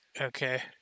okay